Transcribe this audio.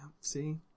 See